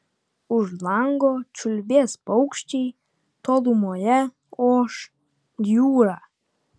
už lango čiulbės paukščiai tolumoje oš jūra